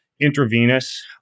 intravenous